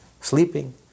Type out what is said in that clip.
sleeping